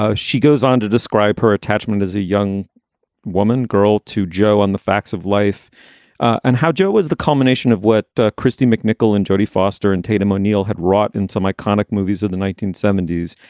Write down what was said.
ah she goes on to describe her attachment as a young woman girl to joe on the facts of life and how joe was the culmination of what kristy mcnichol and jodie foster and tatum o'neal had wrought in some iconic movies of the nineteen seventy s.